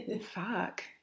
Fuck